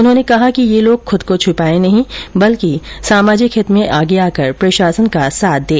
उन्होंने कहा कि ये लोग खूद को छिपाये नहीं बल्कि सामाजिक हित में आगे आकर प्रशासन का साथ दें